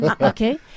Okay